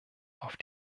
auf